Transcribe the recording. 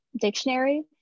dictionary